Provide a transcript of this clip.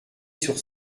sur